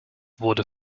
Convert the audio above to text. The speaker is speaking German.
wurde